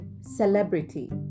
celebrity